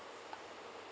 uh